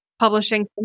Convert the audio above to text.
publishing